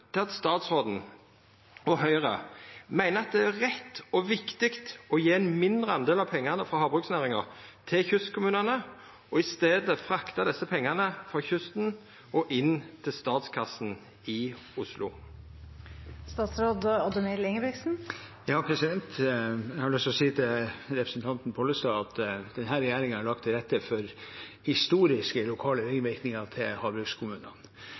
til at statsråden og Høgre meiner at det er rett og viktig å gje ein mindre andel av pengane frå havbruksnæringa til kystkommunane, og i staden frakta desse pengane frå kysten og inn til statskassen i Oslo? Jeg har lyst å si til representanten Pollestad at denne regjeringen har lagt til rette for historiske lokale ringvirkninger til